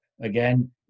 again